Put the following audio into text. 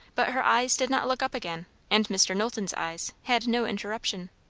but her eyes did not look up again and mr. knowlton's eyes had no interruption.